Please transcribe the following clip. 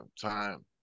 time